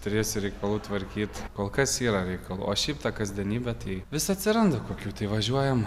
turėsiu reikalų tvarkyt kol kas yra reikalų o šiaip ta kasdienybė tai vis atsiranda kokių tai važiuojam